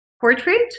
portrait